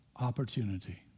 opportunity